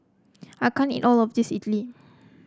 I can't eat all of this Idili